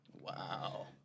Wow